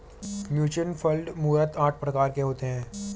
mutual fund मूलतः आठ प्रकार के होते हैं